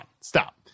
stop